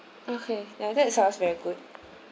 okay ya that it sounds very good